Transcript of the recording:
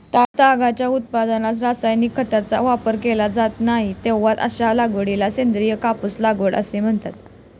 तागाच्या उत्पादनात रासायनिक खतांचा वापर केला जात नाही, तेव्हा अशा लागवडीला सेंद्रिय कापूस लागवड असे म्हणतात